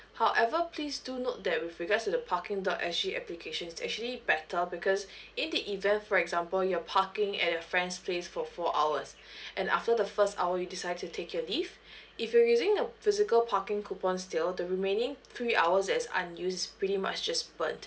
however please do note that with regards to the parking dot S G applications it's actually better because in the event for example you're parking at your friend's place for four hours and after the first hour you decide to take your leave if you're using the physical parking coupon still the remaining three hours that is unused is pretty much just burned